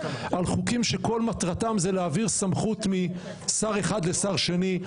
על חוקים שכל מטרתם היא להעביר סמכות משר אחד לשר שני.